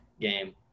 game